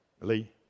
Lee